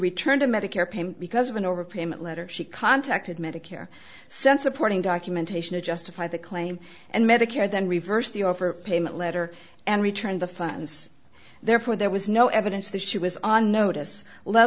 returned a medicare payment because of an overpayment letter she contacted medicare since a porting documentation to justify the claim and medicare then reversed the overpayment letter and returned the funds therefore there was no evidence that she was on notice let